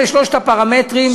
אלה שלושת הפרמטרים,